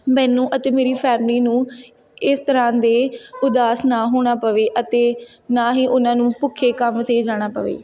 ਮੈਨੂੰ ਅਤੇ ਮੇਰੀ ਫੈਮਿਲੀ ਨੂੰ ਇਸ ਤਰ੍ਹਾਂ ਦੇ ਉਦਾਸ ਨਾ ਹੋਣਾ ਪਵੇ ਅਤੇ ਨਾ ਹੀ ਉਹਨਾਂ ਨੂੰ ਭੁੱਖੇ ਕੰਮ 'ਤੇ ਜਾਣਾ ਪਵੇ